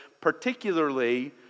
particularly